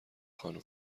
خانم